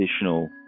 additional